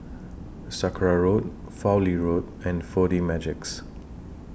Sakra Road Fowlie Road and four D Magix